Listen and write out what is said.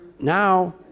now